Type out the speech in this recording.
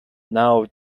now